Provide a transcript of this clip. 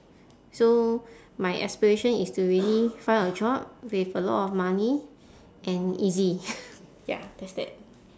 so my aspiration is to really find a job with a lot of money and easy ya there's that